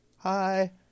hi